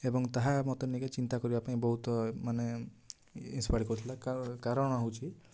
ଏବଂ ତାହା ମୋତେ ନେଇକି ଚିନ୍ତା କରିବା ପାଇଁ ବହୁତ ମାନେ ଇନ୍ସପୟାର୍ଡ଼ କରିଥିଲା କାରଣ ହେଉଛି